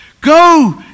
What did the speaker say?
Go